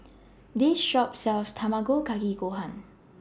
This Shop sells Tamago Kake Gohan